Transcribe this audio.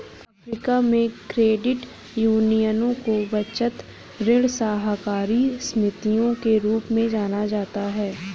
Africa में, credit यूनियनों को बचत, ऋण सहकारी समितियों के रूप में जाना जाता है